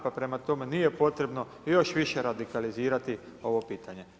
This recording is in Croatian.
Pa prema tome nije potrebno još više radikalizirati ovo pitanje.